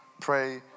Pray